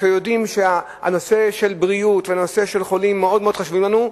יודעים שהנושא של בריאות ושל חולים מאוד חשוב לנו.